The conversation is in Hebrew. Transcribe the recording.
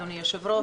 אדוני היושב-ראש,